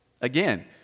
again